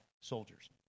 soldiers